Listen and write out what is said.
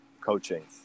coaching